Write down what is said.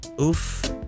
Oof